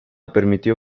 permitió